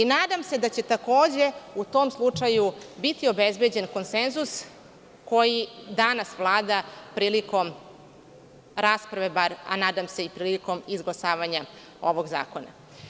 Nadam se da će takođe, u tom slučaju biti obezbeđen konsenzus koji danas vlada prilikom rasprave, a nadam se i prilikom izglasavanja ovog zakona.